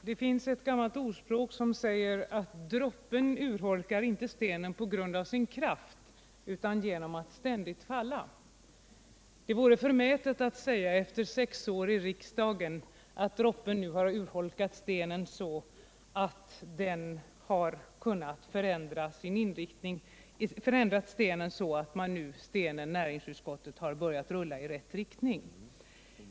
Herr talman! Ett gammalt ordspråk säger att droppen inte urholkar stenen på grund av sin kraft utan genom att ständigt falla. Det vore efter sex år i riksdagen förmätet att säga att droppen nu har förmått stenen, dvs. näringsutskottet, att börja rulla i rätt riktning.